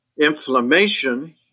inflammation